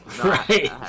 Right